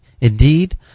Indeed